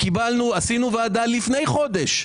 עשינו ישיבת ועדה לפני חודש.